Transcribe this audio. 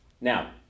Now